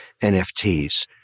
NFTs